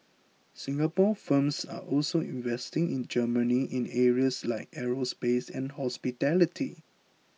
Singapore firms are also investing in Germany in areas like aerospace and hospitality